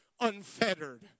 unfettered